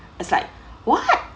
is like what